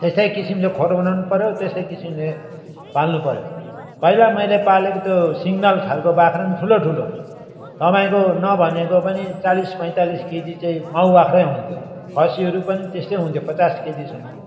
त्यस्तै किसिमले खोर बनाउनु पऱ्यो त्यस्तै किसिमले पाल्नु पऱ्यो पहिला मैले पालेको त्यो सिङ्गल खालको बाख्रा पनि ठुलो ठुलो तपाईँको नभनेको पनि चालिस पैँतालिस केजी चाहिँ माउ बाख्रै हुन्थ्यो खसीहरू पनि त्यस्तै हुन्थ्यो पचास केजीसम्म